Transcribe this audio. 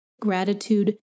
gratitude